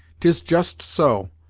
tis just so,